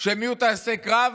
כדי שהם יהיו טייסי קרב,